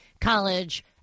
college